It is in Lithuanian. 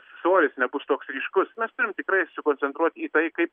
svoris nebus toks ryškus mes turim tikrai susikoncentruoti į tai kaip